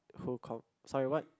who called sorry what